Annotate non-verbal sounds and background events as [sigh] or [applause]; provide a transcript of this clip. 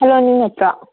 [unintelligible] ꯅꯠꯇ꯭ꯔꯥ